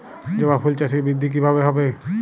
জবা ফুল চাষে বৃদ্ধি কিভাবে হবে?